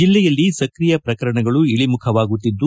ಜಲ್ಲೆಯಲ್ಲಿ ಸಕ್ರಿಯ ಪ್ರಕರಣಗಳು ಇಳಿಮುಖವಾಗುತ್ತಿದ್ದು